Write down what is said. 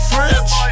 French